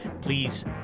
Please